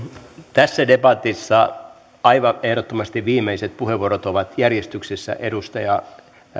tässä debatissa aivan ehdottomasti viimeiset puheenvuorot ovat järjestyksessä edustajat